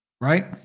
Right